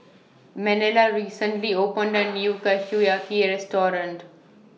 Manuela recently opened A New Kushiyaki Restaurant